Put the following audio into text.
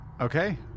Okay